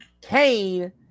kane